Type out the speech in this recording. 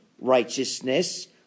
righteousness